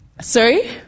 Sorry